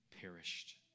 perished